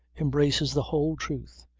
embraces the whole truth,